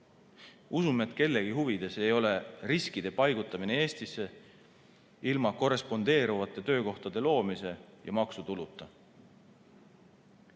Usume, et kellegi huvides ei ole riskide paigutamine Eestisse ilma korrespondeeruvate töökohtade loomise ja maksutuluta.